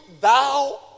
thou